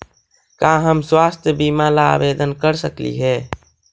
का हम स्वास्थ्य बीमा ला आवेदन कर सकली हे?